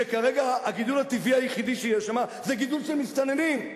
שכרגע הגידול הטבעי היחידי שיש שם זה גידול של מסתננים.